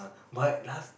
but last